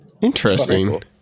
Interesting